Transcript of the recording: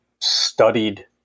studied